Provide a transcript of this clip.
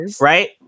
Right